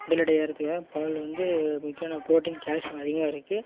உடல் எடை ஏறுகிறதுக்காக பால் வந்து முக்கியம் ஏன்னா ப்ரோட்டின் கால்சியம் அதிகமாக இருக்குது